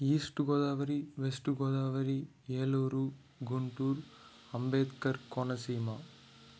east Godavari west Godavari Eluru Guntur Ambedkar Konaseema